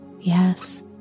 Yes